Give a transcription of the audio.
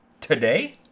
today